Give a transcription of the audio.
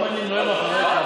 אם אני נואם אחריך,